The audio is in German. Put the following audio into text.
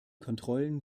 kontrollen